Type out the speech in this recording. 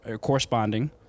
Corresponding